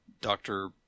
doctor